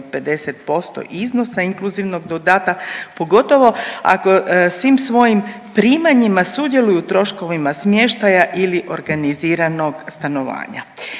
50% iznosa inkluzivnog dodatka, pogotovo ako svim svojim primanjima sudjeluju u troškovima smještaja ili organiziranog stanovanja.